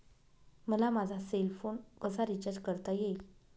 मला माझा cell phone कसा रिचार्ज करता येईल?